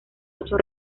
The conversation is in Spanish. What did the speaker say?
ocho